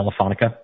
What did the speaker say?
Telefonica